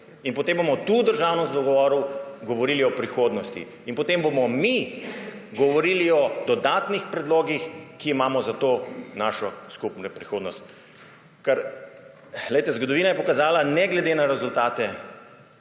in potem bomo tu v Državnem zboru govorili o prihodnosti. In potem bomo mi govorili o dodatnih predlogih, ki jih imamo za to našo skupno prihodnost. Ker zgodovina je pokazala, ne glede na rezultate